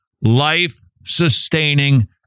life-sustaining